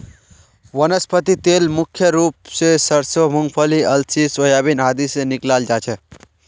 वनस्पति तेल मुख्य रूप स सरसों मूंगफली अलसी सोयाबीन आदि से निकालाल जा छे